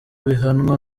bihanwa